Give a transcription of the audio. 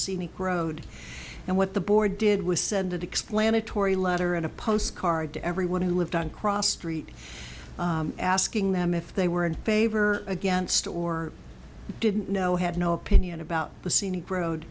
scenic road and what the board did was send that explanatory letter and a postcard to everyone who lived on cross street asking them if they were in favor against or didn't know have no opinion about the scenic road